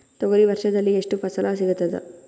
ತೊಗರಿ ವರ್ಷದಲ್ಲಿ ಎಷ್ಟು ಫಸಲ ಸಿಗತದ?